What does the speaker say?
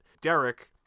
Derek